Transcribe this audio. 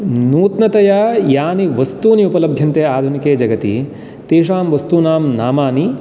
नूतनतया यानि वस्तूनि उपलभ्यन्ते आधुनिके जगति तेषां वस्तूनां नामानि